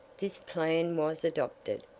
this plan was adopted,